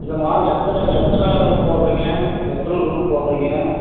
இல்லைம்மா எத்தனை எத்தனை ரூம் போடுறிங்க எத்தனை ரூம் போடுறிங்க